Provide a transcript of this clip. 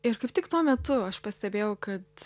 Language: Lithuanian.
ir kaip tik tuo metu aš pastebėjau kad